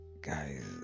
guys